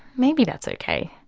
maybe that's okay,